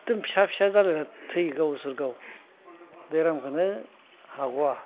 एखदम फिसा फिसा जालायना थैयो गावसोर गाव बेरामखौनो हाग'वा